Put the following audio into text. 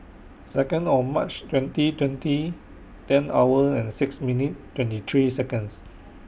Second O March twenty twenty ten hour and six minutes twenty three Seconds